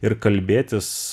ir kalbėtis